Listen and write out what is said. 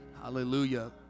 Hallelujah